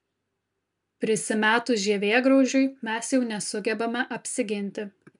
prisimetus žievėgraužiui mes jau nesugebame apsiginti